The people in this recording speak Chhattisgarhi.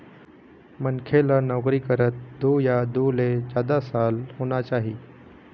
मनखे ल नउकरी करत दू या दू ले जादा साल होना चाही